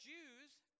Jews